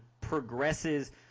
progresses